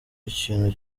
ikintu